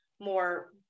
more